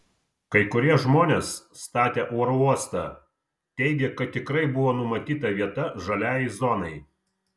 kai kurie žmonės statę oro uostą teigė kad tikrai buvo numatyta vieta žaliajai zonai